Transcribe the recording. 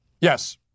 Yes